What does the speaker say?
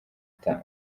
itanu